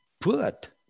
put